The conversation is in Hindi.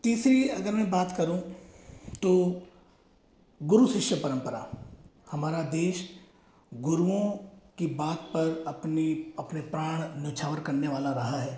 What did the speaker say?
तीसरी अगर मैं बात करूँ तो गुरु शिष्य परम्परा हमारा देश गुरुओं की बात पर अपनी अपने प्राण निछावर करने वाला रहा है